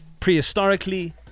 prehistorically